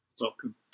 Welcome